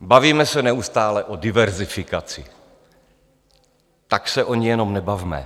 Bavíme se neustále o diverzifikaci, tak se o ní jenom nebavme.